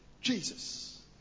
Jesus